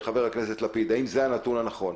האם זה הנתון הנכון?